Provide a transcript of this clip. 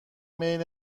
بین